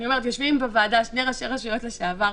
יושבים בוועדה שני ראשי רשויות לשעבר,